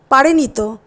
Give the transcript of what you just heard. পারেনি তো